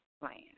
plan